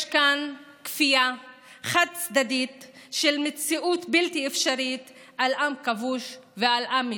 יש כאן כפייה חד-צדדית של מציאות בלתי אפשרית על עם כבוש ועל עם מדוכא.